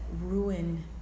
ruin